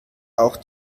auch